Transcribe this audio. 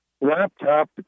laptop